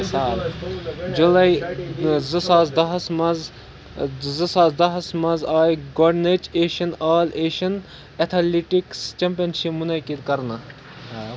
جولاے زٕ ساس دَہ ہَس مَنٛز زٕ ساس دہس منٛز آیہ گۄڈٕنٕچ Asian all Asian athletics championship مُنعقد كرنہٕ